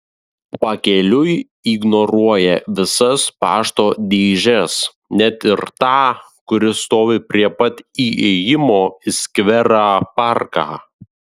pakeliui ignoruoja visas pašto dėžes net ir tą kuri stovi prie pat įėjimo į skverą parką